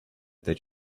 that